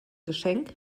geschenk